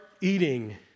eating